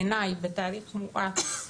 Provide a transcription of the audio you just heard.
בעיני, בתהליך מואץ,